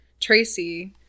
Tracy